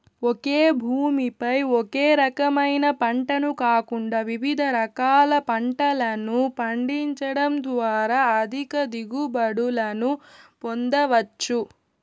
ఒకే భూమి పై ఒకే రకమైన పంటను కాకుండా వివిధ రకాల పంటలను పండించడం ద్వారా అధిక దిగుబడులను పొందవచ్చు